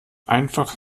einfach